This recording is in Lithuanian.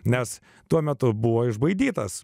nes tuo metu buvo išbaidytas